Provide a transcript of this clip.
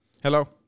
Hello